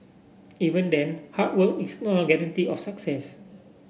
even then hard work is no guarantee of success